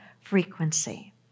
frequency